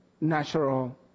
natural